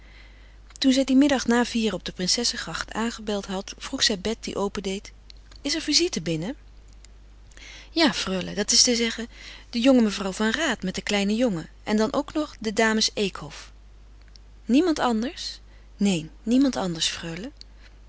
toen zij dien middag na vieren op de princessegracht aangebeld had vroeg zij bet die opendeed is er visite binnen ja freule dat is te zeggen de jonge mevrouw van raat met den kleinen jongen en dan ook nog de dames eekhof niemand anders neen niemand anders freule